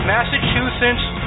Massachusetts